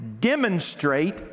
demonstrate